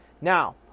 Now